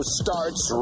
starts